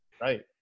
Right